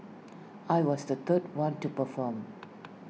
I was the third one to perform